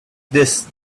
this